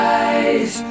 eyes